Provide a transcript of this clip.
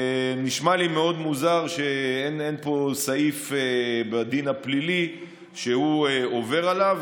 נשמע לי מאוד מוזר שאין פה סעיף בדין הפלילי שהוא עובר עליו.